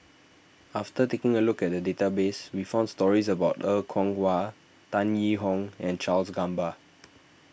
after taking a look at the database we found stories about Er Kwong Wah Tan Yee Hong and Charles Gamba